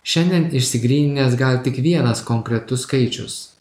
šiandien išsigryninęs gal tik vienas konkretus skaičius